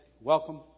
Welcome